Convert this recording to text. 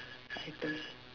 item